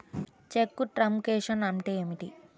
చెక్కు truncation అంటే ఏమిటి?